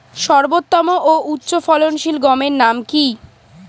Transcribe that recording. সর্বোত্তম ও উচ্চ ফলনশীল গমের নাম কি?